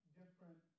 different